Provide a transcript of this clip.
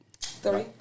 Three